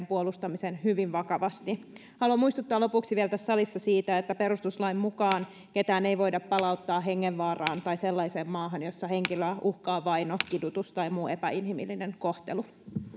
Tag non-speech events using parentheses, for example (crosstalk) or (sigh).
(unintelligible) puolustamisen hyvin vakavasti haluan muistuttaa lopuksi vielä tässä salissa siitä että perustuslain mukaan ketään ei voida palauttaa hengenvaaraan tai sellaiseen maahan missä henkilöä uhkaa vaino kidutus tai muu epäinhimillinen kohtelu